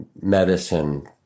medicine